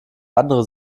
andere